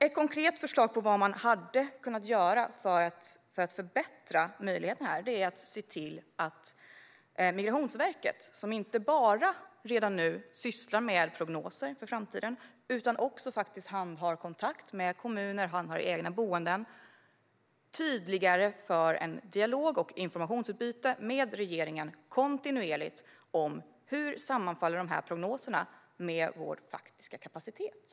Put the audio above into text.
Ett konkret förslag på vad man skulle kunna göra för att förbättra möjligheterna är att se till att Migrationsverket, som inte bara redan nu sysslar med prognoser för framtiden utan också faktiskt handhar kontakt med kommuner och handhar egna boenden, tydligare för en dialog och har ett informationsutbyte med regeringen kontinuerligt om hur prognoserna sammanfaller med den faktiska kapaciteten.